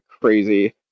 crazy